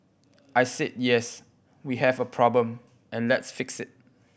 I said yes we have a problem and let's fix it